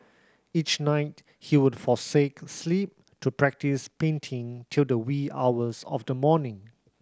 each night he would forsake sleep to practise painting till the wee hours of the morning